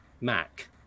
Mac